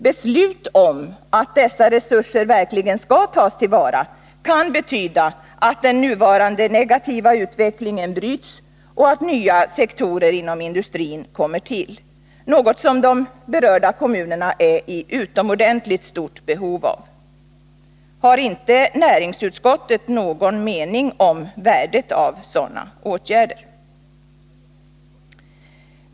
Beslut om att dessa resurser verkligen skall tas till vara kan betyda, att den nuvarande negativa utvecklingen bryts och att nya sektorer inom industrin kommer till, något som de berörda kommunerna är i utomordentligt stort behov av. Har inte näringsutskottet någon mening om värdet av sådana åtgärder?